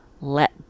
let